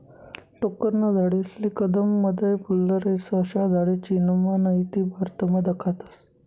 टोक्करना झाडेस्ले कदय मदय फुल्लर येस, अशा झाडे चीनमा नही ते भारतमा दखातस